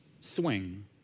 swing